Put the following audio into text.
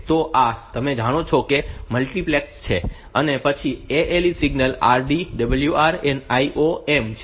તો આ તમે જાણો છો કે તે મલ્ટિપ્લેક્સ છે પછી ALE સિગ્નલ RD WR અને IOM છે